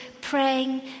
praying